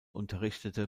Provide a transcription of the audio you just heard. unterrichtete